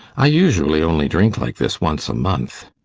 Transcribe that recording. i usually only drink like this once a month.